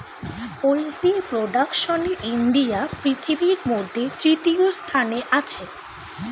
poultry প্রোডাকশনে India পৃথিবীর মধ্যে তৃতীয় স্থানে আছে